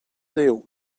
déu